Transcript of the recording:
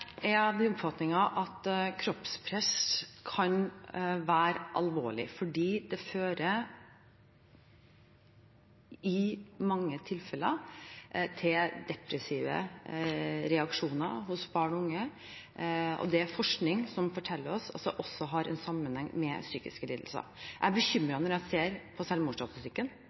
Jeg er av den oppfatning at kroppspress kan være alvorlig, for det fører i mange tilfeller til depressive reaksjoner hos barn og unge. Det er også forskning som forteller oss at det har en sammenheng med psykiske lidelser. Jeg blir bekymret når jeg ser på selvmordsstatistikken.